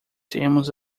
temos